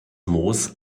moos